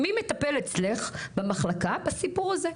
מי מטפל אצלך במחלקה בסיפור הזה?